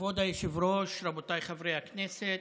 כבוד היושב-ראש, רבותי חברי הכנסת.